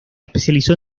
especializó